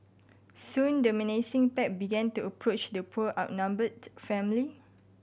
soon the menacing pack began to approach the poor outnumbered family